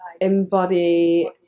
embody